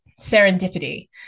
serendipity